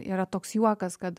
yra toks juokas kad